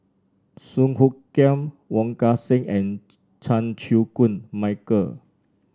Song Hoot Kiam Wong Kan Seng and Chan Chew Koon Michael